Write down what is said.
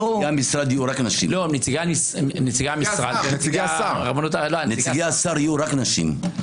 נציגי השר יהיו רק נשים.